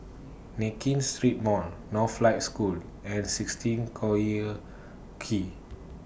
Nankin Street Mall Northlight School and sixteen Collyer Quay